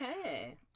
Okay